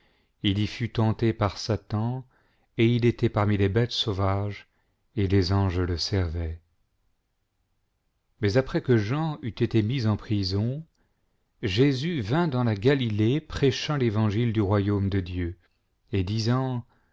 il y fut tenté par satan et il était î armi les bêtes sauvages et es anges le servaient mais après que jean eut été mis en prison jésus vint dans la galilée prêchant l'évangile du royaume de dieu et disant